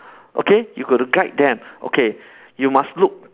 okay you got to guide them okay you must look